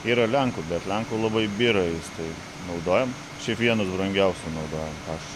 yra lenkų bet lenkų labai byra jis tai naudojam čia vienas brangiausių naudojamas